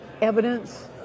evidence